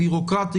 בירוקרטי,